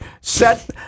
set